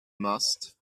must